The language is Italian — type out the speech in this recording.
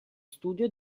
studio